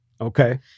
Okay